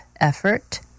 effort